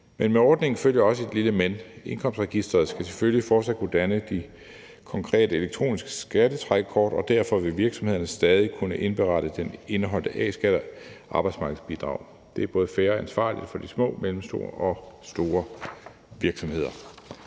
Men med ordningen følger også et lille men: Indkomstregisteret skal selvfølgelig fortsat kunne danne de korrekte elektroniske skattetrækkort, og derfor vil virksomhederne stadig kunne indberette de indeholdte A-skatter og arbejdsmarkedsbidrag. Det er både fair og ansvarligt for de små, mellemstore og store virksomheder.